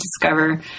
discover